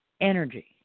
energy